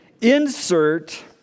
Insert